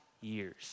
years